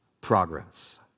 progress